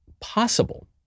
possible